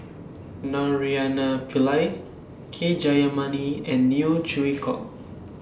Naraina Pillai K Jayamani and Neo Chwee Kok